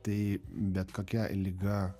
tai bet kokia liga